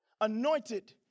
anointed